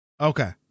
Okay